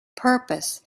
purpose